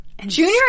Junior